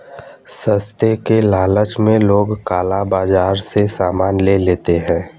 सस्ते के लालच में लोग काला बाजार से सामान ले लेते हैं